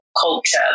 Culture